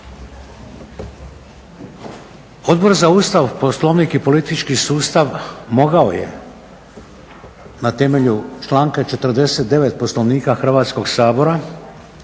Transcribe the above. Odbor za Ustav, Poslovnik i politički sustav mogao je na temelju članka 49. Poslovnika Hrvatskog sabora